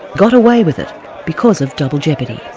got away with it because of double jeopardy.